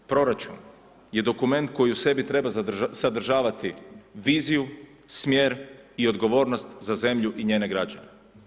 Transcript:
Proračun je dokument koji u sebi treba sadržavati viziju, smjer i odgovornost za zemlju i njene građane.